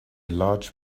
large